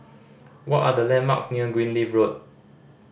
what are the landmarks near Greenleaf Road